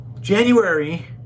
January